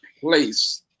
place